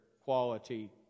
quality